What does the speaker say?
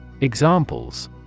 Examples